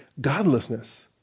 godlessness